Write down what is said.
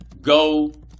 go